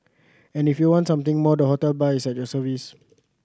and if you want something more the hotel bar is at your service